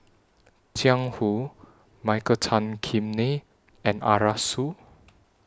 Jiang Hu Michael Tan Kim Nei and Arasu